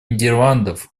нидерландов